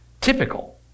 typical